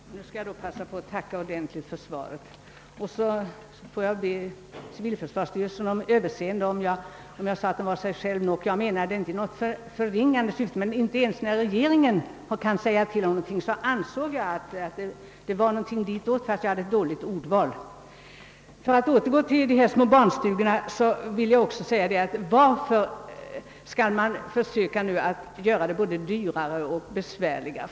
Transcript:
Herr talman! Nu skall jag passa på att tacka ordentligt för svaret! Jag ber också civilförsvarsstyrelsen om Ööverseende för att jag sade att den var sig själv nog — jag använde inte det uttrycket i något förringande syfte. När inte ens regeringen kunnat säga till om saken har jag emellertid ansett att någonting ditåt kunde tänkas, fastän mitt ordval blev dåligt. För att återgå till barnstugorna vill jag fråga: Varför skall man försöka göra byggandet både dyrare och besvärligare?